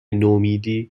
نومیدی